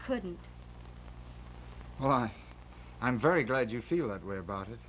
couldn't well i'm very glad you feel that way about it